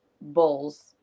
bulls